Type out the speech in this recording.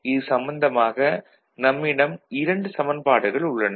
இது சம்பந்தமாக நம்மிடம் இரண்டு சமன்பாடுகள் உள்ளன